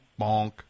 Bonk